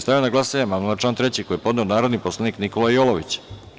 Stavljam na glasanje amandman na član 3. koji je podneo narodni poslanik Nikola Jolović.